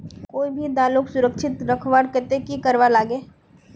कोई भी दालोक सुरक्षित रखवार केते की करवार लगे?